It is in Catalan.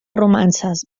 romances